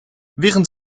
während